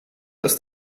ist